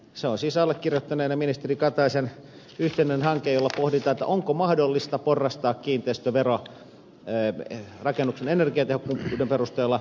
se on siis allekirjoittaneen ja ministeri kataisen yhteinen hanke jolla pohditaan onko mahdollista porrastaa kiinteistövero rakennuksen energiatehokkuuden perusteella